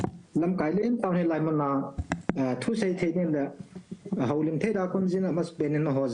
דבריו מתורגמים סימולטנית ע"י מאיר פלטואל)